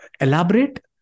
elaborate